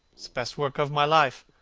best work of my life.